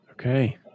okay